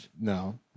No